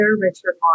Richard